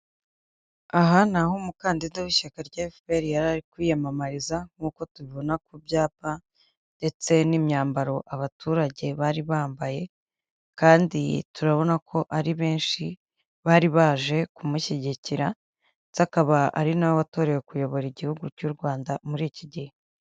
Aha ni aho umukandida w'Ishyaka rya FPR yari ari kwiyamamariza nk'uko tubibona ku byapa ndetse n'imyambaro abaturage bari bambaye, kandi turabona ko ari benshi bari baje kumushyigikira ndetse akaba ari na we watorewe kuyobora Igihugu cy'u Rwanda muri iki gihe.